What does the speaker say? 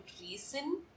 reason